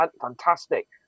fantastic